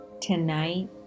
Tonight